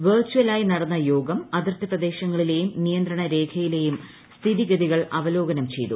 വിർചലായി നടന്ന യോഗം അതിർത്തിപ്രദേശങ്ങളിലേയും നിയന്ത്രണരേഖയിലേയും സ്ഥിതിഗതികൾ അവലോകനം ചെയ്തു